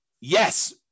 Yes